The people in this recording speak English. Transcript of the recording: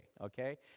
okay